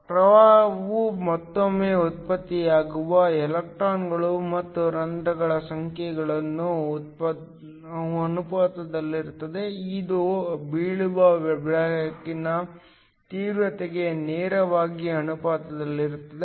ಪ್ರವಾಹವು ಮತ್ತೊಮ್ಮೆ ಉತ್ಪತ್ತಿಯಾಗುವ ಎಲೆಕ್ಟ್ರಾನ್ಗಳು ಮತ್ತು ರಂಧ್ರಗಳ ಸಂಖ್ಯೆಗೆ ಅನುಪಾತದಲ್ಲಿರುತ್ತದೆ ಇದು ಬೀಳುವ ಬೆಳಕಿನ ತೀವ್ರತೆಗೆ ನೇರವಾಗಿ ಅನುಪಾತದಲ್ಲಿರುತ್ತದೆ